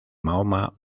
mahoma